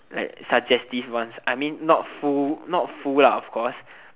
like suggestive ones like not full not full lah of course